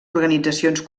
organitzacions